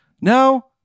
no